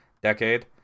Decade